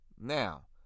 Now